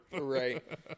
right